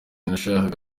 nashakaga